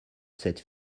cette